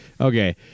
Okay